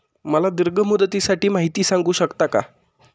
मला दीर्घ मुदतीसाठी माहिती सांगू शकता का?